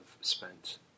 spent